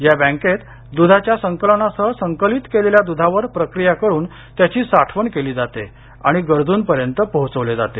या बँकेत दुधाच्या संकलनासह संकलित केलेल्या दुधावर प्रक्रिया करून त्याची साठवण केली जाते आणि गरजुंपर्यंत पोचवले जाते